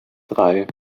drei